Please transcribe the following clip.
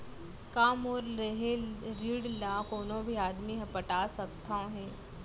का मोर लेहे ऋण ला कोनो भी आदमी ह पटा सकथव हे?